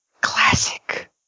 classic